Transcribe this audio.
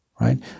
right